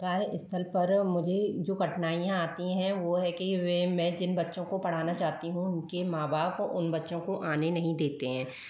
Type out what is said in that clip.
कार्यस्थल पर मुझे जो कठिनाइयाँ आती हैं वह है कि वे मैं जिन बच्चों को पढ़ाना चाहती हूँ उनके माँ बाप उन बच्चों को आने नहीं देते हैं